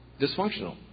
dysfunctional